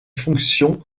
fonctions